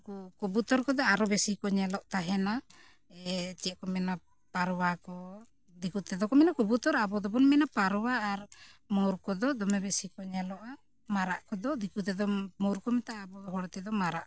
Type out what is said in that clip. ᱩᱱᱠᱩ ᱠᱚᱵᱩᱛᱚᱨ ᱠᱚᱫᱚ ᱟᱨᱚ ᱵᱤᱥᱤ ᱠᱚ ᱧᱮᱞᱚᱜ ᱛᱟᱦᱮᱱᱟ ᱪᱮᱫ ᱠᱚ ᱢᱮᱱᱟ ᱯᱟᱣᱨᱟ ᱠᱚ ᱫᱤᱠᱩ ᱛᱮᱫᱚ ᱠᱚ ᱢᱮᱱᱟ ᱠᱚᱵᱩᱛᱚᱨ ᱟᱵᱚ ᱫᱚᱵᱚᱱ ᱢᱮᱱᱟ ᱯᱟᱣᱨᱟ ᱟᱨ ᱢᱳᱨ ᱠᱚᱫᱚ ᱫᱚᱢᱮ ᱵᱤᱥᱤ ᱠᱚ ᱧᱮᱞᱚᱜᱼᱟ ᱢᱟᱨᱟᱜ ᱠᱚᱫᱚ ᱫᱤᱠᱩ ᱛᱮᱫᱚ ᱢᱳᱨ ᱠᱚ ᱢᱮᱛᱟᱜᱼᱟ ᱟᱵᱚ ᱦᱚᱲ ᱛᱮᱫᱚ ᱢᱟᱨᱟᱜ